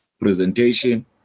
presentation